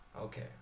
Okay